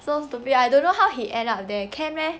so stupid I don't know how he end up there can meh